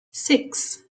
six